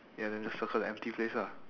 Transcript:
ya then just circle the empty place lah